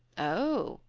oh!